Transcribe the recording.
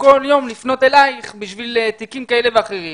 כל יום לפנות אלייך בשביל תיקים כאלה ואחרים.